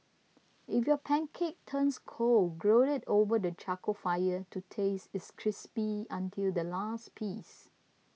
if your pancake turns cold grill it over the charcoal fire to taste it crispy until the last piece